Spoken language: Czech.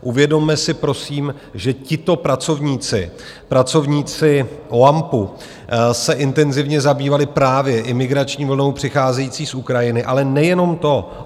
Uvědomme si prosím, že tito pracovníci, pracovníci OAMPu, se intenzivně zabývali právě imigrační vlnou přicházející z Ukrajiny, ale nejenom to.